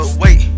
wait